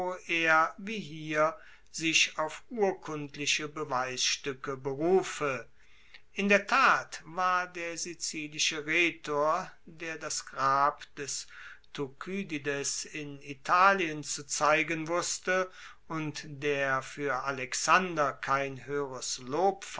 er wie hier sich auf urkundliche beweisstuecke berufe in der tat war der sizilische rhetor der das grab des thukydides in italien zu zeigen wusste und der fuer alexander kein hoeheres lob